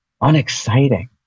unexciting